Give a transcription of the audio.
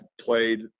played